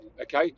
okay